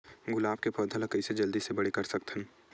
गुलाब के पौधा ल कइसे जल्दी से बड़े कर सकथन?